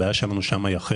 הבעיה שם היא אחרת.